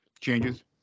Changes